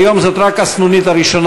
היום זאת רק הסנונית הראשונה,